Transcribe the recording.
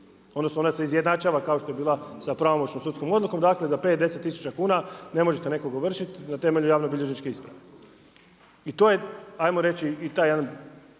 odnosno ona se izjednačava kao što je bila sa pravomoćnom sudskom odlukom, dakle za 5, 10 tisuća kuna ne možete nekoga ovršiti na temelju javnobilježničke isprave. I to je ajmo i taj jedan